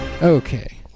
Okay